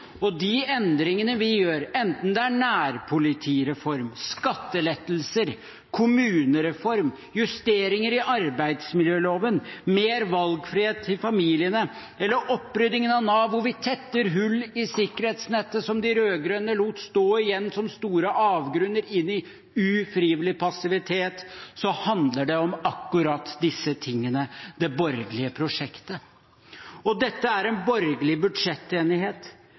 og de endringene vi gjør, enten det er nærpolitireform, skattelettelser, kommunereform, justeringer i arbeidsmiljøloven, mer valgfrihet til familien eller opprydningen av Nav, hvor vi tetter hull i sikkerhetsnettet, som de rød-grønne lot stå igjen som store avgrunner inn i ufrivillig passivitet, så handler det om akkurat disse tingene – det borgerlige prosjektet. Og dette er en borgerlig budsjettenighet.